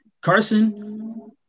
Carson